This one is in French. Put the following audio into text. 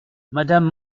madame